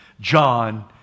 John